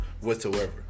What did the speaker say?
whatsoever